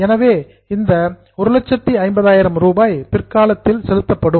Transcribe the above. எனவே இந்த 150000 ரூபாய் பிற்காலத்தில் செலுத்தப்படும்